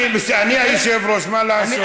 אני היושב-ראש, מה לעשות.